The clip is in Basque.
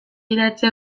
idatzi